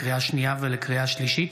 לקריאה שנייה ולקריאה שלישית,